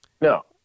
no